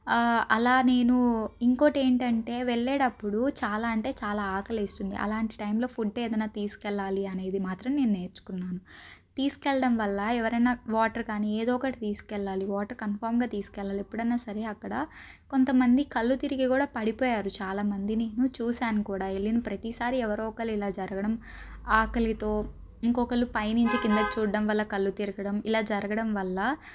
అలా నేను ఇంకోటి ఏంటంటే వెళ్ళేటప్పుడు చాలా అంటే చాలా ఆకలేస్తుంది అలాంటి టైంలో ఫుడ్ ఏదైనా తీసుకెళ్ళాలి అనేది మాత్రం నేను నేర్చుకున్నాను తీసుకెళ్ళడం వల్ల ఎవరైనా వాటర్ కా నీ ఏదో ఒకటి తీసుకెళ్ళాలి వాటర్ కన్ఫామ్గా తీసుకెళ్ళాలి ఎప్పుడైనా సరే అక్కడ కొంతమంది కళ్ళు తిరిగి కూడా పడిపోయారు చాలామంది నేను చూశాను కూడా వెళ్ళిన ప్రతిసారి ఎవరో ఒకరు ఇలా జరగడం ఆకలితో ఇంకొకళ్ళు పైనుంచి చూడడం వల్ల కళ్ళు తిరగడం ఇలా జరగడం వల్ల